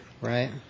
right